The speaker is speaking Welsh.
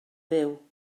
fyw